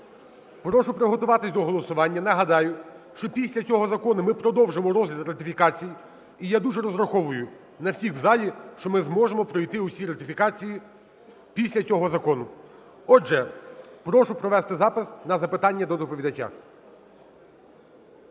прошу приготуватися до голосування. Нагадаю, що після цього закону ми продовжимо розгляд ратифікацій, і я дуже розраховую на всіх у залі, що ми зможемо пройти всі ратифікації після цього закону. Отже, прошу провести запис на запитання до доповідача.